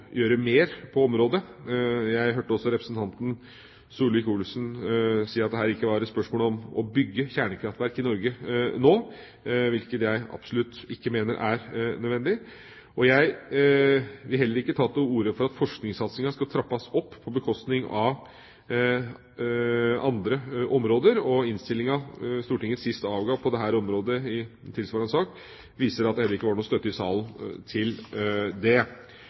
gjøre mer på området. Jeg hørte også representanten Solvik-Olsen si at dette ikke er et spørsmål om å bygge kjernekraftverk i Norge nå. Det mener jeg absolutt ikke er nødvendig, og jeg vil heller ikke ta til orde for at forskningssatsinga skal trappes opp på bekostning av andre områder. Innstillinga som Stortinget sist gang avga på dette området i en tilsvarende sak, viser at det heller ikke var noen støtte i salen til det.